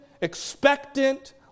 expectant